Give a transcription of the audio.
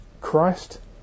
Christ